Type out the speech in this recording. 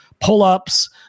pull-ups